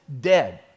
dead